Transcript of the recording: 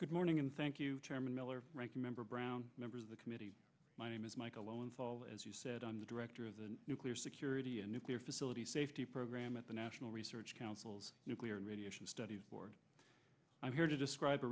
good morning and thank you chairman miller ranking member brown members of the committee my name is michael owen fall as you said on the director of the nuclear security and nuclear facility safety program at the national research councils nuclear and radiation studies board i'm here to describe